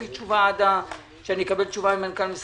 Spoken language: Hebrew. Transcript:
הצבעה בעד הארכת הפטור פה אחד הארכת הפטור אושרה.